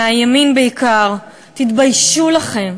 מהימין בעיקר: תתביישו לכם,